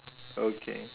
okay